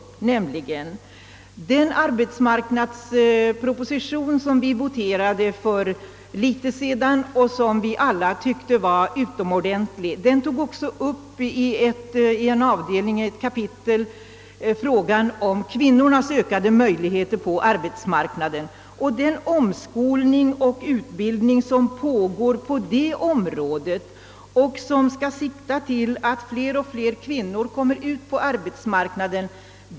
I ett kapitel av den arbetsmarknadsproposition, som vi beslutade tidigare i år, behandlades också frågan om ökade möjligheter för kvinnorna på arbetsmarknaden samt den omskolning och den utbildning som pågår på detta område och som skall en aktiv lokaliseringspolitik sikta till att allt fler kvinnor kommer ut på arbetsmarknaden.